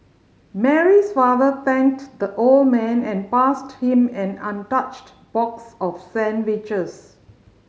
Mary's father thanked the old man and passed him an untouched box of sandwiches